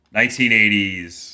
1980s